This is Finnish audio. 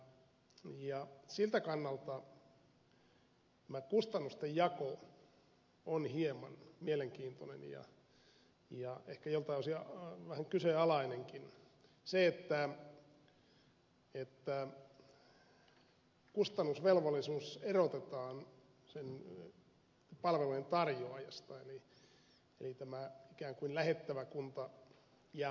siltä kannalta tämä kustannustenjako on hieman mielenkiintoinen ja ehkä joltain osin vähän kyseenalainenkin kun kustannusvelvollisuus erotetaan sen palvelujen tarjoajasta eli ikään kuin tämä lähettävä kunta jää maksuvelvolliseksi